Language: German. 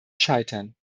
scheitern